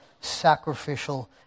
sacrificial